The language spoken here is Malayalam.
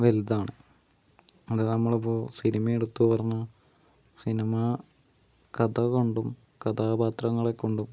വലുത് ആണ് അതെ നമ്മളിപ്പോൾ സിനിമയെടുത്തു പറഞ്ഞാൽ സിനിമാ കഥ കൊണ്ടും കഥാപാത്രങ്ങളെക്കൊണ്ടും